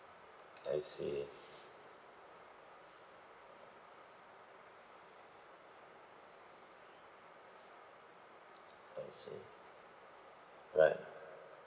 I see I see right